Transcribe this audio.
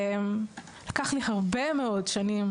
לקח לי הרבה מאוד שנים